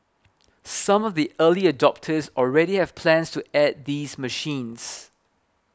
some of the early adopters already have plans to add these machines